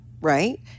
Right